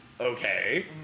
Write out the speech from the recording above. okay